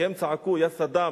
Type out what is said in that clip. כי הם צעקו "יא-סדאם,